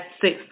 six